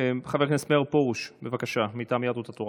חבר הכנסת מאיר פרוש, בבקשה, מטעם יהדות התורה.